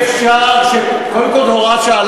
אי-אפשר, קודם כול, זו הוראת שעה.